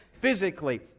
physically